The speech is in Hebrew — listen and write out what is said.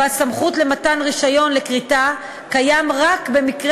שבו הסמכות לתת רישיון לכריתה קיים רק במקרה